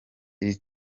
iri